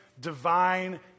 divine